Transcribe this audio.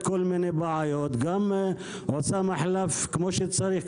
כל מיני בעיות; גם עושה מחלף כמו שצריך,